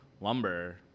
lumber